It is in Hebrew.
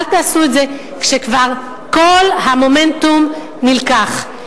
אל תעשו את זה כשכבר כל המומנטום נלקח.